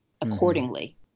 accordingly